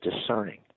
discerning